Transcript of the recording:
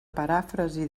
paràfrasi